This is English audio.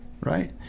right